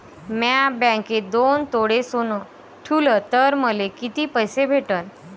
म्या बँकेत दोन तोळे सोनं ठुलं तर मले किती पैसे भेटन